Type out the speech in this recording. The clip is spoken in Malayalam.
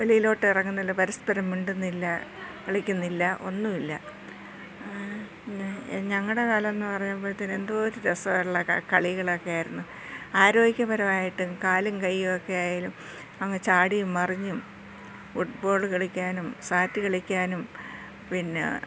വെളിയിലോട്ട് ഇറങ്ങുന്നില്ല പരസ്പരം മിണ്ടുന്നില്ല കളിക്കുന്നില്ല ഒന്നുമില്ല ഞങ്ങളുടെ കാലം എന്ന് പറയുമ്പോൾ തന്നെ എന്തോ ഒരു രസമുള്ള കളികളൊക്കെ ആയിരുന്നു ആരോഗ്യപരമായിട്ടും കാലും കൈയ്യുമൊക്കെ ആയാലും അങ്ങ് ചാടിയും മറിഞ്ഞും ഫുട്ബോള് കളിക്കാനും സാറ്റ് കളിക്കാനും പിന്നെ